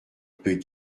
peut